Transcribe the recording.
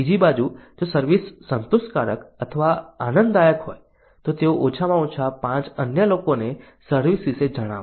બીજી બાજુ જો સર્વિસ સંતોષકારક અથવા આનંદદાયક હોય તો તેઓ ઓછામાં ઓછા પાંચ અન્ય લોકોને સર્વિસ વિશે જણાવશે